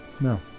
No